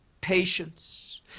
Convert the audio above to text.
patience